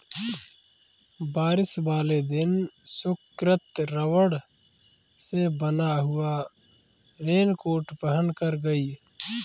बारिश वाले दिन सुकृति रबड़ से बना हुआ रेनकोट पहनकर गई